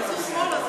תזוז שמאלה.